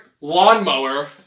lawnmower